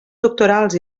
doctorals